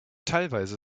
teilweise